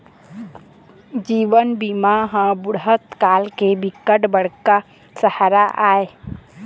जीवन बीमा ह बुढ़त काल के बिकट बड़का सहारा आय